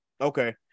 Okay